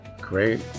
Great